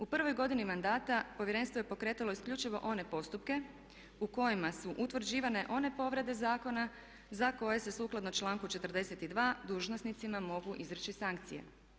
U prvoj godini mandata Povjerenstvo je pokretalo isključivo one postupke u kojima su utvrđivane one povrede zakona za koje se sukladno članku 42. dužnosnicima mogu izreći sankcije.